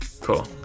Cool